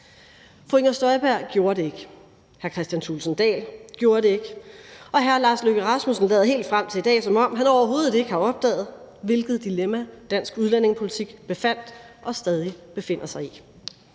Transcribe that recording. Fru Inger Støjberg gjorde det ikke, hr. Kristian Thulesen Dahl gjorde det ikke, og hr. Lars Løkke Rasmussen lader helt frem til i dag, som om han overhovedet ikke har opdaget, hvilket dilemma dansk udlændingepolitik befandt og stadig befinder sig i.